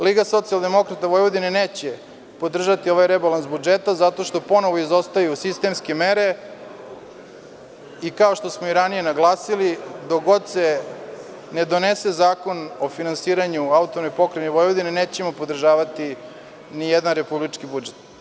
Liga socijaldemokrata Vojvodine neće podržati ovaj rebalans budžeta zato što ponovo izostaju sistemske mere i kao što smo i ranije naglasili, dok god se ne donese Zakon o finansiranju AP Vojvodine nećemo podržavati ni jedan republički budžet.